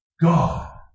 God